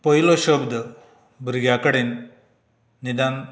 पयलो शब्द भुरग्यां कडेन निदान